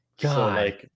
God